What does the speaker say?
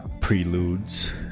preludes